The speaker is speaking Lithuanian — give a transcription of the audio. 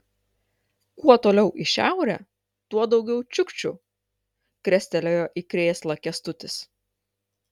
kuo toliau į šiaurę tuo daugiau čiukčių krestelėjo į krėslą kęstutis